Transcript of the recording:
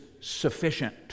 sufficient